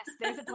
yes